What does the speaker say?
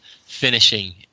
finishing